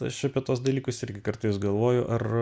aš apie tuos dalykus irgi kartais galvoju ar